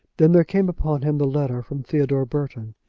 then there came upon him the letter from theodore burton,